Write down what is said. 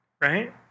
right